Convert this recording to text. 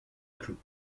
clous